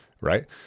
Right